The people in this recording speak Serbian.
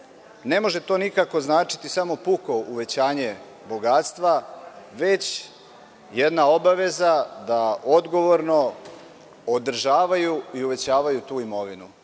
ne može to nikako značiti samo puko uvećanje bogatstva, već jedna obaveza da odgovorno održavaju i uvećavaju tu imovinu. Mi